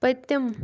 پٔتِم